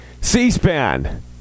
c-span